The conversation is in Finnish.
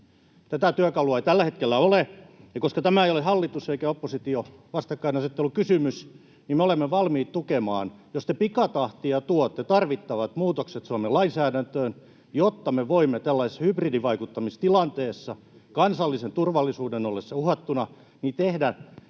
Tätä työkalua ei tällä hetkellä ole, ja koska tämä ei ole hallitus—oppositio-vastakkainasettelukysymys, niin me olemme valmiit tukemaan, jos te pikatahtia tuotte tarvittavat muutokset Suomen lainsäädäntöön, jotta me voimme tällaisessa hybridivaikuttamistilanteessa kansallisen turvallisuuden ollessa uhattuna tehdä